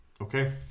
Okay